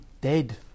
dead